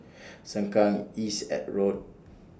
Sengkang East At Road